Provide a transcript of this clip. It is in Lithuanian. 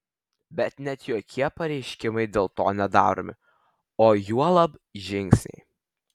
bet net jokie pareiškimai dėl to nedaromi o juolab žingsniai